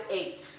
eight